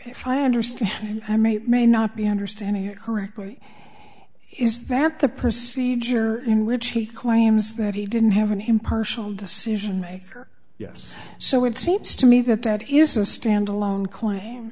if i understand i may or may not be understanding you correctly is that the procedure in which he claims that he didn't have an impartial decision maker yes so it seems to me that that is a standalone claim